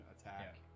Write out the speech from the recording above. attack